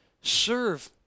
serve